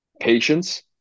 patience